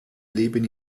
leben